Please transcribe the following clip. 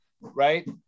right